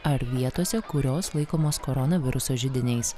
ar vietose kurios laikomos koronaviruso židiniais